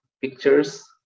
pictures